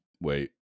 Wait